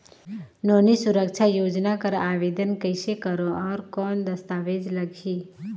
नोनी सुरक्षा योजना कर आवेदन कइसे करो? और कौन दस्तावेज लगही?